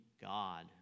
God